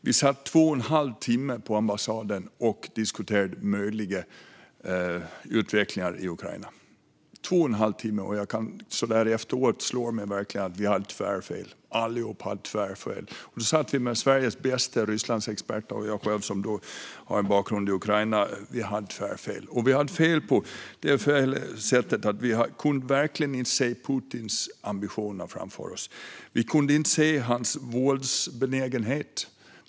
Vi satt i två och en halv timme på ambassaden och diskuterade möjliga utvecklingar i Ukraina. Så här efteråt slår det mig verkligen att vi allihop hade tvärfel. Vi satt med Sveriges bästa Rysslandsexperter - och jag har själv en bakgrund i Ukraina - och vi hade tvärfel. Vi hade fel på det sättet att vi verkligen inte kunde se Putins ambitioner framför oss. Vi kunde inte se hans våldsbenägenhet.